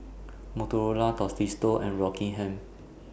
Motorola Tostitos and Rockingham